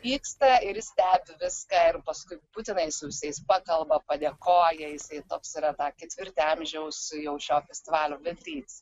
vyksta ir stebi viską ir paskui butinai su visais pakalba padėkoja jisai toks yra tą ketvirtį amžiaus jau šio festivalio vedlys